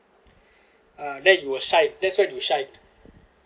uh that you will shine that's why you shine